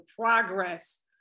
progress